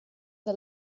the